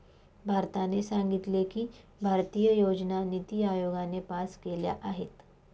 भारताने सांगितले की, भारतीय योजना निती आयोगाने पास केल्या आहेत